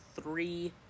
three